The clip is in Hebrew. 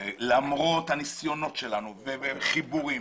למרות הניסיונות שלנו וחיבורים.